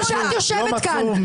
כי את יושבת פה.